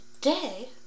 today